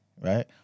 right